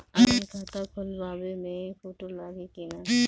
Online खाता खोलबाबे मे फोटो लागि कि ना?